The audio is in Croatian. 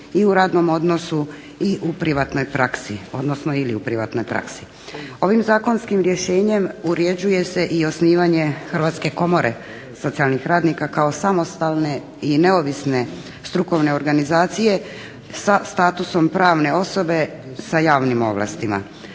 i u radnom odnosu i u privatnoj praksi. Ovim zakonskim rješenjem uređuje se i osnivanje Hrvatske komore socijalnih radnika kao samostalne i neovisne strukovne organizacije sa statusom pravne osobe sa javnim ovlastima.